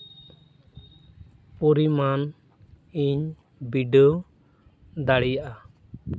ᱯᱚᱨᱤᱢᱟᱱ ᱤᱧ ᱵᱤᱰᱟᱹᱣ ᱫᱟᱲᱮᱭᱟᱜᱼᱟ